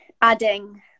adding